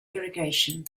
irrigation